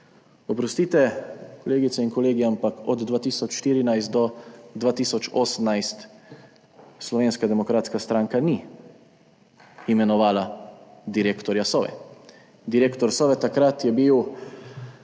Oprostite, kolegice in kolegi, ampak od 2014 do 2018 Slovenska demokratska stranka ni imenovala direktorja Sove. Direktor Sove je takrat bil